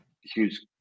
huge